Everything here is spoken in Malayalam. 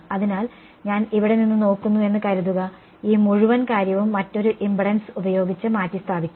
അതിനാൽ ഞാൻ ഇവിടെ നിന്ന് നോക്കുന്നു എന്ന് കരുതുക ഈ മുഴുവൻ കാര്യവും മറ്റൊരു ഇംപെഡൻസ് ഉപയോഗിച്ച് മാറ്റിസ്ഥാപിക്കാം